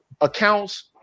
accounts